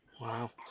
Wow